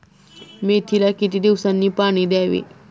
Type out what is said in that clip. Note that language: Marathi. मेथीला किती दिवसांनी पाणी द्यावे?